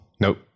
Nope